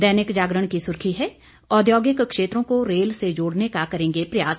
दैनिक जागरण की सुर्खी है औद्योगिक क्षेत्रों को रेल से जोड़ने का करेंगे प्रयास